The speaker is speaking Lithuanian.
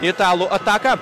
italų ataką